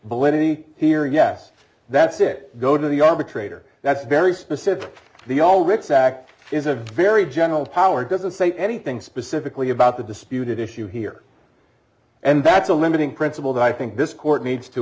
blenny here yes that's it go to the arbitrator that's very specific the all writs act is a very general power doesn't say anything specifically about the disputed issue here and that's a limiting principle that i think this court needs to